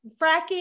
fracking